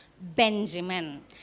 Benjamin